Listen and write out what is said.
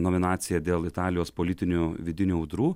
nominacija dėl italijos politinių vidinių audrų